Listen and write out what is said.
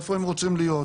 איפה הם רוצים להיות.